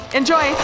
enjoy